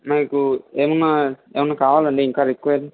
మీకు ఏమన్నా ఏమన్నా కావాలా అండి ఇంకా రిక్వైర్